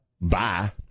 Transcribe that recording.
bye